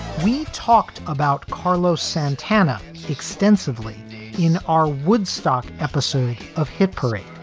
we talked about carlos santana extensively in our woodstock episode of hit parade,